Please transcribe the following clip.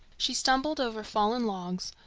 she stumbled over fallen logs,